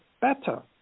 better